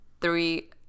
Three